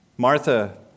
Martha